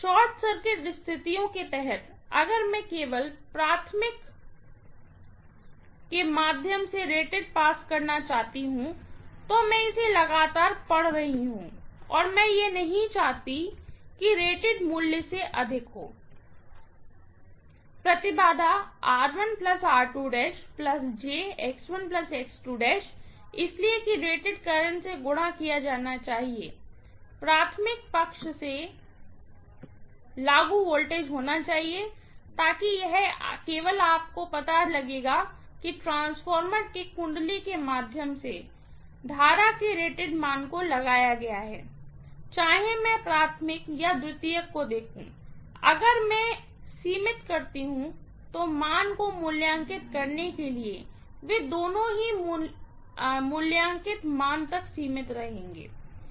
short circuit स्थितियों के तहत अगर मैं केवल प्राइमरीवाइंडिंग के माध्यम से रेटेड करंट पास करना चाहती हूँ तो मैं इसे लगातार पढ़ रही हूं और मैं नहीं चाहती कि रेटेड मान से अधिक होइम्पीडेन्स इसलिए कि रेटेड करंट से गुणा किया जाना चाहिए प्राइमरी साइड से लागू वोल्टेज होना चाहिए ताकि यह केवल आपको पता चलेगा कि ट्रांसफार्मर के वाइंडिंग के माध्यम से वर्तमान के रेटेड मान को लगाया गया है चाहे मैं प्राइमरी या सेकेंडरी को देखूं अगर मैं सीमित करती हूँ मान को मूल्यांकित करने के लिए वे दोनों ही मूल्यांकित मान तक सीमित रहेंगे